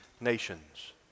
nations